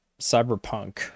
Cyberpunk